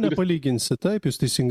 nepalyginsi taip jūs teisingai